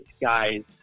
guys